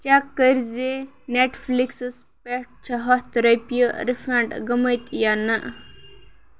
check کٔرۍ زِ نٮ۪ٹفِلِکسَس پٮ۪ٹھ چھِ ہَتھ رۄپیہِ رِفنٛڈ گٔمٕتۍ یا نَہ